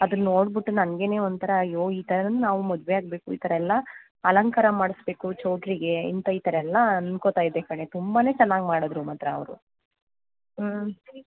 ಅದನ್ನು ನೋಡಿಬಿಟ್ಟು ನನಗೆನೇ ಒಂಥರ ಅಯ್ಯೋ ಈ ಥರ ನಾವು ಮದುವೆ ಆಗಬೇಕು ಈ ಥರ ಎಲ್ಲ ಅಲಂಕಾರ ಮಾಡಿಸ್ಬೇಕು ಚೌಟ್ರಿಗೆ ಇಂಥ ಈ ಥರ ಎಲ್ಲ ಅಂದ್ಕೋತಾ ಇದ್ದೆ ಕಣೇ ತುಂಬಾ ಚೆನ್ನಾಗಿ ಮಾಡಿದ್ರು ಮಾತ್ರ ಅವರು ಹ್ಞೂ